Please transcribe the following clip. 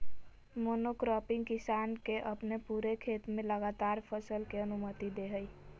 monocropping किसान के अपने पूरे खेत में लगातार फसल के अनुमति दे हइ